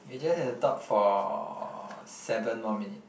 we just have to talk for seven more minute